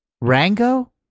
Rango